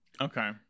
Okay